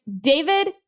David